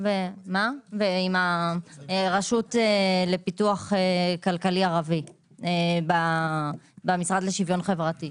ועם הרשות לפיתוח כלכלי ערבי במשרד לשוויון בחברתי.